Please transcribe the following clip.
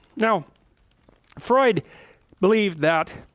no freud believed that